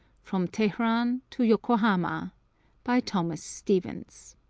from teheran to yokohama by thomas stevens